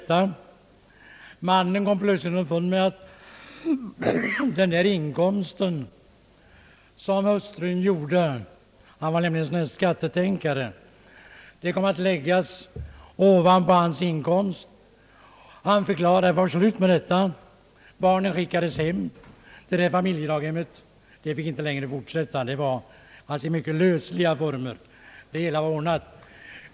Hennes man — han var skattetänkare — kom plötsligt underfund med att den inkomst som hustrun hade skulle komma att läggas ovanpå hans inkomst. Han förklarade att det fick vara slut med detta. Barnen skickades hem. Familjedaghemmet fick inte längre fortsätta. Det hela var alltså ordnat i mycket lösliga former.